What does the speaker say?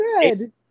good